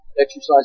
exercise